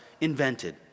invented